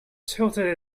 tilted